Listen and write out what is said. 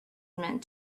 meant